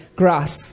grass